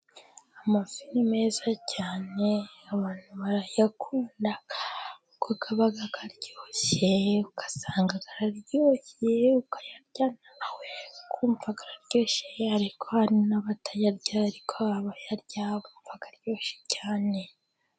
Amafi ni meza cyane abantu barayakunda kuko aba aryoshye, ugasanga araryoshye ukayarya nawe ukumva araryoshye, ariko hari n'abatayarya. Ariko abayarya, bumva aryoshye cyane.